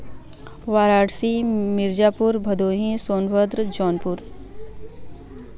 Varanasi Mirzapur Bhadohi Sonbhadra Jaunpur